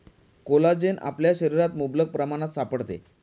collagen आपल्या शरीरात मुबलक प्रमाणात सापडते